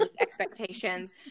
expectations